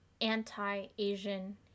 anti-Asian